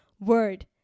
word